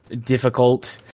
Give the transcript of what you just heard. difficult